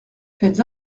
faites